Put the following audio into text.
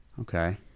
Okay